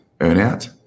earnout